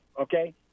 okay